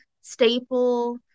staple